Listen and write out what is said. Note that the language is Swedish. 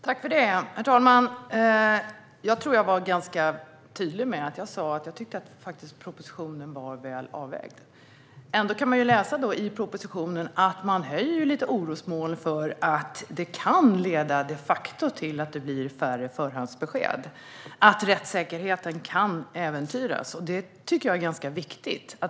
Herr talman! Jag tror att jag var ganska tydlig när jag sa att jag tycker att propositionen är väl avvägd. Ändå kan man läsa i propositionen att det finns lite orosmoln gällande att det här de facto kan leda till att det blir färre förhandsbesked och att rättssäkerheten kan äventyras. Det tycker jag är ganska viktigt.